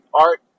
Art